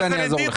שר אוצר?